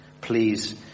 Please